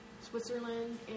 Switzerland